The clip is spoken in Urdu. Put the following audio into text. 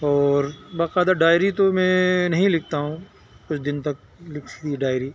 اور باقاعدہ ڈائری تو میں نہیں لکھتا ہوں کچھ دن تک لکھی تھی ڈائری